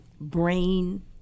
brain